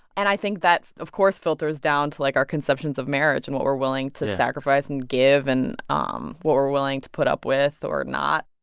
and i think that, of course, filters down to, like, our conceptions of marriage and what we're willing to. yeah. sacrifice and give and um what we're willing to put up with or not